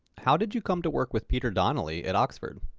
how did you come to work with peter donnelly at oxford?